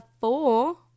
four